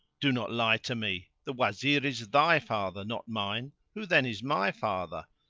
do not lie to me. the wazir is thy father, not mine! who then is my father?